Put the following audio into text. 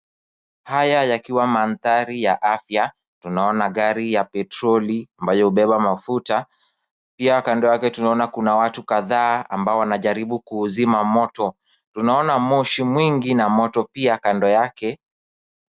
Haya yakiwa mandhari ya afya, tunaona gari ya petroli ambayo hubeba mafuta pia kando yake tunaona watu kadhaa ambao wanajaribu kuuzima moto. Tunaona moshi mwingi na moto pia kando yake.